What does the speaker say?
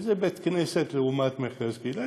איזה בית-כנסת לעומת מרכז קהילתי,